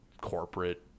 corporate